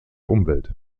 umwelt